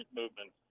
movement